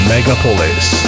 Megapolis